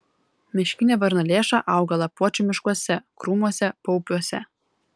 miškinė varnalėša auga lapuočių miškuose krūmuose paupiuose